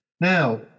Now